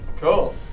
Cool